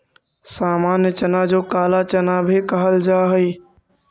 सामान्य चना जो काला चना भी कहल जा हई